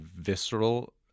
visceral